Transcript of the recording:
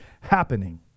happening